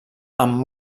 amb